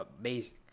amazing